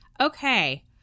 Okay